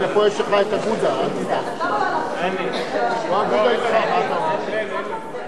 ההסתייגות הראשונה של חבר הכנסת